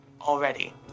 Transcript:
already